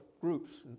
groups